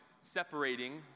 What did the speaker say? separating